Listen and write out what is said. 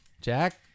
Jack